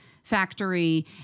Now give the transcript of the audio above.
factory